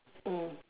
mm